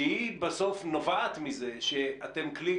שבסוף היא נובעת מזה שאתם כלי,